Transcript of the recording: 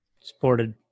Supported